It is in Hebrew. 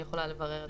אני יכולה לברר את זה.